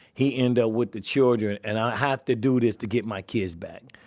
he ended up with the children, and i have to do this to get my kids back.